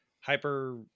hyper